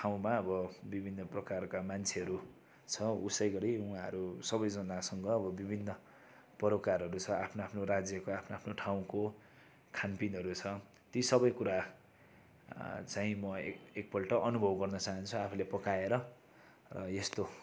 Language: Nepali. ठाउँमा अब विभिन्न प्रकारका मान्छेहरू छ उसै गरी उहाँहरू सबैजनासँग अब विभिन्न परिकारहरू छ आफ्नो आफ्नो राज्यको आफ्नो आफ्नो ठाउँको खानपिनहरू छ ती सबै कुरा चाहिँ म एकपल्ट अनुभव गर्न चाहन्छु आफूले पकाएर यस्तो